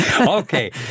Okay